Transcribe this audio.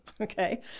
Okay